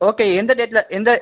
okay எந்த டேட்ல எந்த